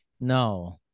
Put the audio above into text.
no